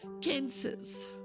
cancers